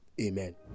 Amen